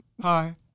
hi